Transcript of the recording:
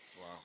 Wow